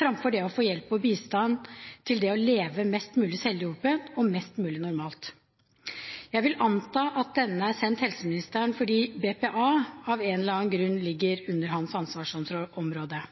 framfor det å få hjelp og bistand til det å leve mest mulig selvhjulpent og mest mulig normalt. Jeg vil anta at interpellasjonen er sendt til helseministeren fordi BPA av en eller annen grunn ligger under hans